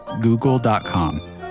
google.com